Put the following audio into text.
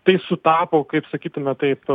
tai sutapo kaip sakytume taip